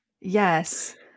Yes